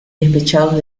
despechados